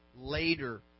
Later